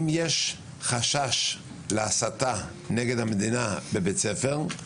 אם יש חשש להסתה נגד המדינה בבית ספר,